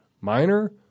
minor